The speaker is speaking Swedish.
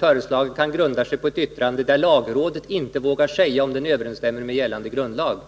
har ju i sitt yttrande uttalat att det inte vågar säga om den föreslagna lagen överensstämmer med gällande grundlag.